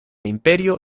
imperio